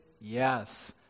yes